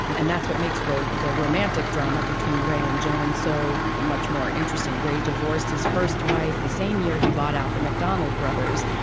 and that's what makes the the romantic drama between ray and joan so much more interesting. ray divorced his first wife the same year he bought out the mcdonald's brothers,